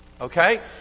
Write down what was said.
Okay